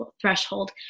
threshold